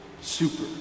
super